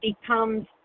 becomes